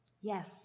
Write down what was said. Yes